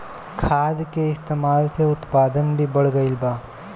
खाद के इस्तमाल से उत्पादन भी बढ़ गइल बा